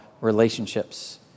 relationships